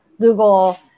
google